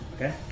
Okay